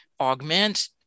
augment